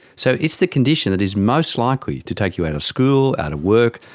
so it's the condition that is most likely to take you out of school, out of work,